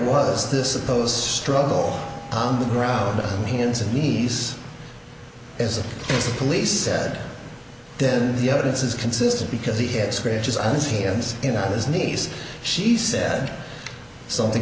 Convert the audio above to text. was this suppose struggle on the ground hands and knees as the police said then the evidence is consistent because he had scratches on his hands in on his knees she said something